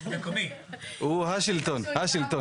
הוא השלטון המקומי.